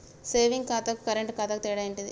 Saving ఖాతాకు current ఖాతాకు తేడా ఏంటిది?